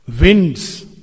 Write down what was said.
winds